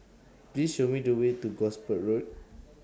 Please Show Me The Way to Gosport Road